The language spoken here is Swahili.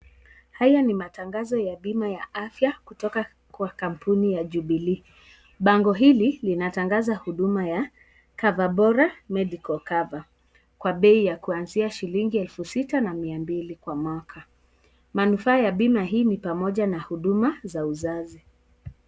Haya ni matangazo ya bima ya afya kutoka kwa kampuni aya Jubilee, bango hili linatangaza huduma ya Coverbora medical cover kwa bei ya kuanzia shilingi elfu sita na mia mbili kwa mwaka. Manufaaa ya bima hii ni pamoja na huduma za uzazi.